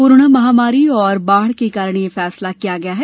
corona महामारी और बाढ़ के कारण यह फैसला किया है